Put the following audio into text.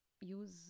use